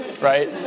right